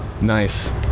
Nice